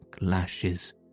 lashes